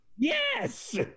Yes